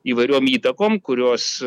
įvairiom įtakom kurios